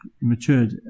matured